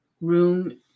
room